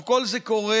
כל זה קורה